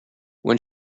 when